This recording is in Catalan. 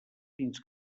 fins